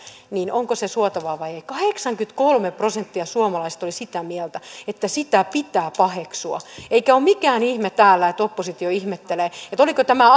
suotavaa vai ei kahdeksankymmentäkolme prosenttia suomalaisista oli sitä mieltä että sitä pitää paheksua eikä ole mikään ihme täällä että oppositio ihmettelee oliko tämä